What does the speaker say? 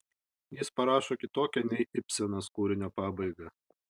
jis parašo kitokią nei ibsenas kūrinio pabaigą